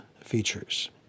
features